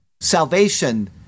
Salvation